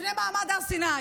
לפני מעמד הר סיני.